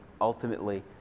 ultimately